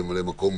כממלא-מקום